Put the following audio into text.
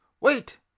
Wait